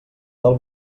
del